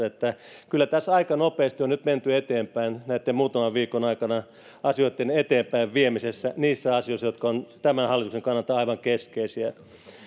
että kyllä tässä aika nopeasti on nyt menty eteenpäin näitten muutaman viikon aikana asioitten eteenpäin viemisessä niissä asioissa jotka ovat tämän hallituksen kannalta aivan keskeisiä